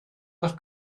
nach